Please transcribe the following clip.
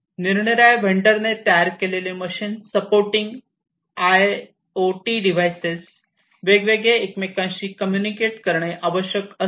निरनिराळ्या व्हेडरने तयार केलेले machine supporting I O T devices वेगवेगळे एकमेकांशी कम्युनिकेट करणे आवश्यक असते